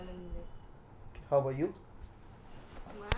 mm